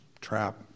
trap